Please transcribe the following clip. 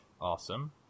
Awesome